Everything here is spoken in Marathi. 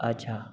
अच्छा